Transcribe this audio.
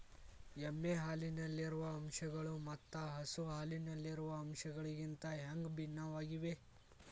ಎಮ್ಮೆ ಹಾಲಿನಲ್ಲಿರುವ ಅಂಶಗಳು ಮತ್ತ ಹಸು ಹಾಲಿನಲ್ಲಿರುವ ಅಂಶಗಳಿಗಿಂತ ಹ್ಯಾಂಗ ಭಿನ್ನವಾಗಿವೆ?